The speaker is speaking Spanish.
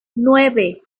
nueve